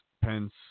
Pence